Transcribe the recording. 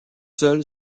seul